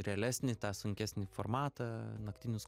realesnį tą sunkesnį formatą naktinius